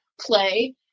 play